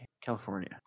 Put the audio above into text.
California